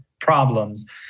problems